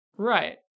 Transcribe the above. right